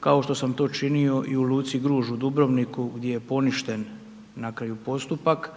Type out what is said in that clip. kao što sam to činio u i luci Gruž u Dubrovniku gdje je poništen na kraju postupak.